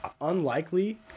unlikely